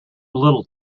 little